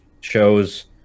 shows